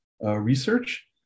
Research